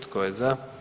Tko je za?